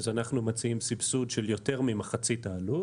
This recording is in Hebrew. אז אנחנו מציעים סבסוד של יותר ממחצית העלות,